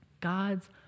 God's